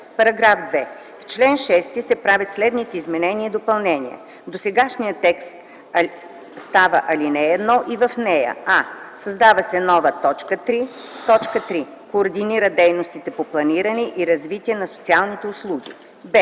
§ 2: „§ 2. В чл. 6 се правят следните изменение и допълнения: 1. Досегашният текст става ал. 1 и в нея: а) създава се нова т. 3: „3. координира дейностите по планиране и развитие на социалните услуги;”